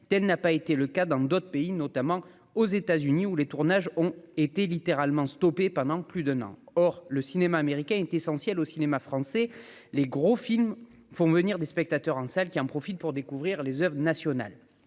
telle n'a pas été le cas dans d'autres pays, notamment aux États-Unis où les tournages ont été littéralement stoppée pendant plus d'un an, or le cinéma américain est essentiel au cinéma français les gros films vont venir des spectateurs en salles qui en profitent pour découvrir les Oeuvres nationale